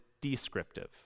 descriptive